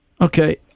Okay